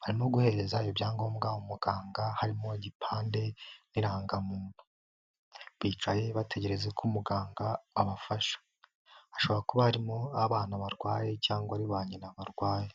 barimo guhereza ibyangombwa umuganga harimo igipande n'irangamuntu, bicaye bategerereje ko umuganga abafasha, ashobora kuba barimo abana barwaye cyangwa ari ba nyina barwaye.